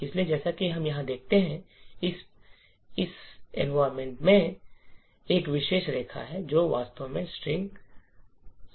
इसलिए जैसा कि हम यहां देखते हैं कि इस पर्यावरण चर में एक विशेष रेखा है जो वास्तव में string bin bash string "binbash" है